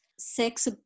sex